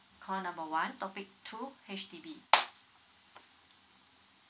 call number one topic two H_D_B